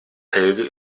helge